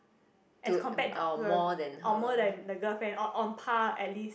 as compared to the or more than the girlfriend or on par at least